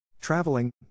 traveling